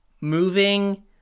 moving